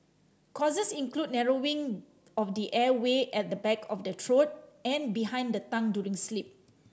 causes include narrowing of the airway at the back of the throat and behind the tongue during sleep